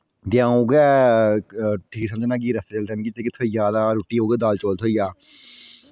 तो अ'ऊं उऐ ठीक समझना कि रस्तै चलदै मिगी जेह् किश थ्होई जा तां रुट्टी उऐ दाल चौल थ्होई जा